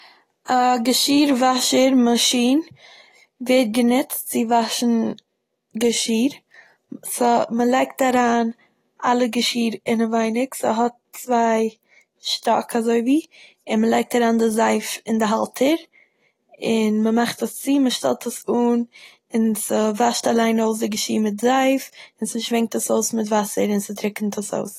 א געשיר וואשער מאשין ווערט גענוצט צו וואשן געשיר. ס'- מ'לייגט אריין אלע געשיר אינעווייניג, ס'האט צוויי שטאק אזויווי, און מ'לייגט אריין די זייף אין די האלטער, און מ'מאכט עס צו, מ'שטעלט עס אן, און ס'וואשט אליין אויס די געשיר מיט זייף, און ס'שווענקט עס אויס מיט וואסער, און ס'טריקנט עס אויס.